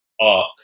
arc